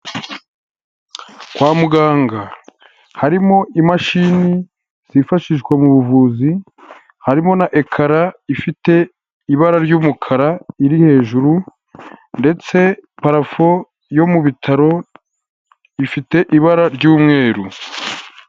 Kwa muganga harimo imashini zifashishwa mu buvuzi, harimo na ekara ifite ibara ry’umukara iri hejuru, ndetse parafo yo mu bitaro ifite ibara ry’umweru.